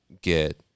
get